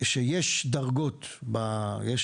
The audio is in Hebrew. שיש דרגות - למשל: